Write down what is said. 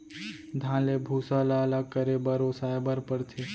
धान ले भूसा ल अलग करे बर ओसाए बर परथे